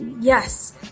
Yes